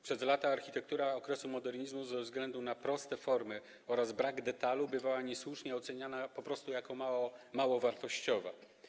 Przez lata architektura okresu modernizmu ze względu na proste formy oraz brak detalu bywała niesłusznie oceniana po prostu jako mało wartościowa.